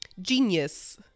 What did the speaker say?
genius